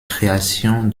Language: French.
création